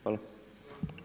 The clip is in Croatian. Hvala.